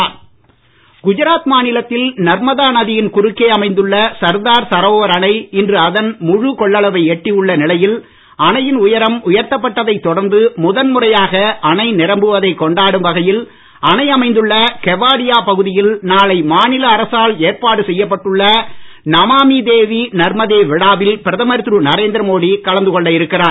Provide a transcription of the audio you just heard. சர்தார் சரோவர் குஜராத் மாநிலத்தில் நர்மதா நதியின் குறுக்கே அமைந்துள்ள சர்தார் சரோவர் அணை இன்று அதன் முழு கொள்ள்ளவை எட்டி உள்ள நிலையில் அணையின் உயரம் உயர்த்தப்பட்டதைத் தொடர்ந்து முதல் முறையாக அணை நிரம்புவதை கொண்டாடும் வகையில் அணை அமைந்துள்ள கெவாடியா பகுதியில் நாளை மாநில அரசால் ஏற்பாடு செய்யப்பட்டுள்ள நமாமி தேவி நர்மதே விழாவில் பிரதமர் திரு நரேந்திரமோடி கலந்து கொள்ள இருக்கிறார்